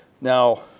Now